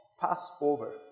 Passover